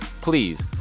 please